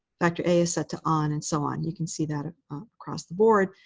factor a is set to on, and so on. you can see that ah ah across the board.